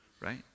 right